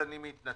אז אני מתנצל.